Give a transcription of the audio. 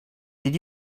did